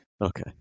Okay